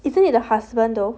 isn't it the husband though